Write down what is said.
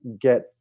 get